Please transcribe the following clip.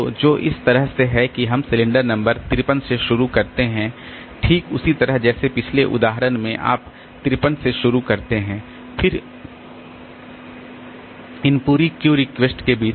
तो जो इस तरह से है कि हम सिलेंडर नंबर 53 से शुरू करते हैं ठीक उसी तरह जैसे पिछले उदाहरण में आप 53 से शुरू करते हैं फिर इन पूरी क्यू रिक्वेस्ट के बीच